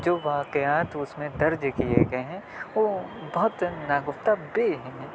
جو واقعات اس میں درج کیے گئے ہیں وہ بہت ناگفتہ بہ ہیں